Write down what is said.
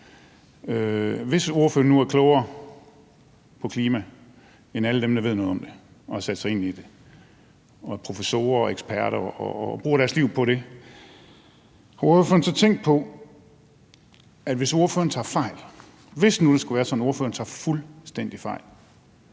hvis ordføreren nu er klogere på klimaet end alle dem, der ved noget om det og har sat sig ind i det – professorer og eksperter, der bruger deres liv på det – kunne ordføreren så tænke på, at hvis ordføreren tager fejl, hvis nu det skulle være sådan, at ordføreren tager fuldstændig fejl,